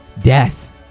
death